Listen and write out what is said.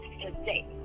today